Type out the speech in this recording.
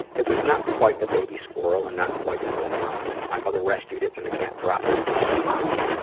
it was not quite a baby squirrel and not quite full grown. my mother rescued it when the cat dropped it from his mouth.